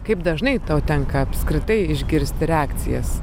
kaip dažnai tau tenka apskritai išgirsti reakcijas